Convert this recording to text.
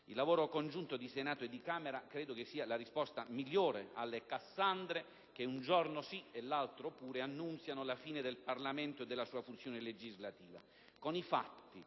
Il lavoro congiunto di Senato e Camera credo sia la risposta migliore alle Cassandre che un giorno si e l'altro pure annunciano la fine del Parlamento e della sua funzione legislativa.